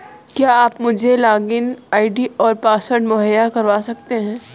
क्या आप मुझे लॉगिन आई.डी और पासवर्ड मुहैय्या करवा सकते हैं?